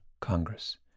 Congress